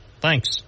thanks